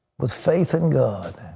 with faith in god.